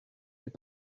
est